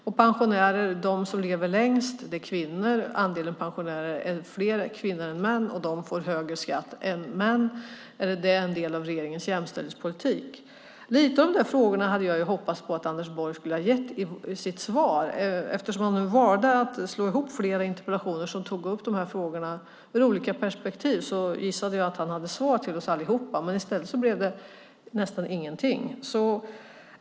De pensionärer som lever längst är kvinnor. Fler kvinnor än män är pensionärer, och de får högre skatt än män. Är det en del av regeringens jämställdhetspolitik? Jag hade hoppats att Anders Borg skulle ha gett svar på några av de här frågorna. Eftersom han valde att slå ihop flera interpellationer som tar upp de här frågorna ur olika perspektiv gissade jag att han hade svar till oss allihop, men i stället blev det nästan ingenting.